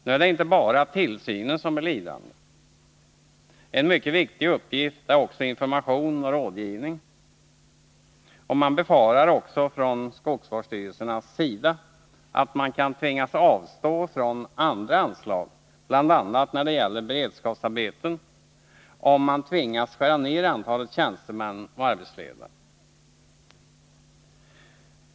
Nu är det inte bara tillsynen som blir lidande, utan också mycket viktiga uppgifter som information och rådgivning. Man befarar också från skögsvårdsstyrelsernas sida att man kan tvingas avstå från andra anslag, bl.a. när det gäller beredskapsarbeten, om man tvingas skära ner antalet tjänstemän och arbetsledare.